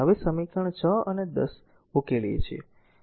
હવે સમીકરણ 6 અને 10 ઉકેલીએ છીએ